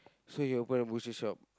so he open a butcher shop